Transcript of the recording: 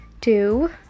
two